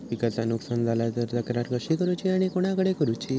पिकाचा नुकसान झाला तर तक्रार कशी करूची आणि कोणाकडे करुची?